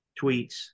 tweets